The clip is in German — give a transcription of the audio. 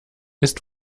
ist